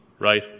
right